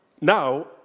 Now